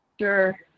Sure